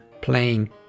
playing